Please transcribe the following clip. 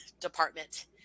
department